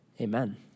amen